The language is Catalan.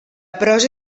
prosa